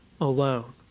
alone